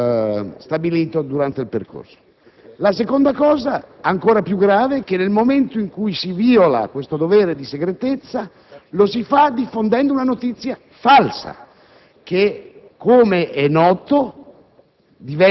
La seconda questione, ancora più grave, è che, nel momento in cui si viola questo dovere di segretezza, lo si fa diffondendo una notizia falsa che, come è noto,